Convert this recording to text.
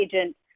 agent